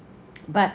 but